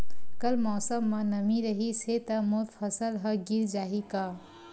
कल मौसम म नमी रहिस हे त मोर फसल ह गिर जाही का?